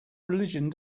religion